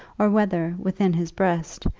or whether, within his breast,